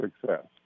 success